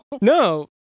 No